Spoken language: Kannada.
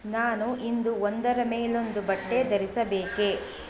ನಾನು ಇಂದು ಒಂದರ ಮೇಲೊಂದು ಬಟ್ಟೆ ಧರಿಸಬೇಕೇ